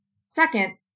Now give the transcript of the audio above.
Second